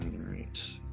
right